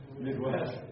midwest